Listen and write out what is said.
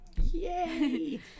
yay